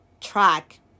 track